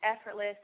effortless